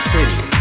City